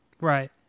Right